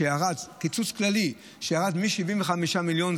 הקיצוץ הכללי ירד מ-75 מיליונים,